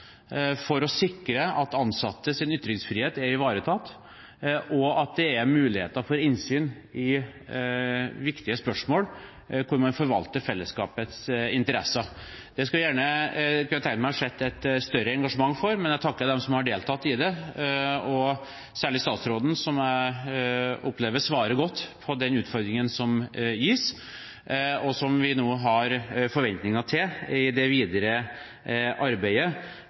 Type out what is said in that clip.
for å sikre at ansattes ytringsfrihet er ivaretatt, og at det er muligheter for innsyn i viktige spørsmål, hvor man forvalter fellesskapets interesser. Det skulle jeg gjerne sett et større engasjement for, men jeg vil takke dem som har deltatt, særlig statsråden, som jeg opplever svarer godt på den utfordringen som gis, og som vi nå har forventninger til i det videre arbeidet